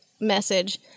message